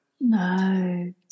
No